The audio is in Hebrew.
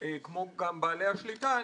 כמו גם בעלי השליטה,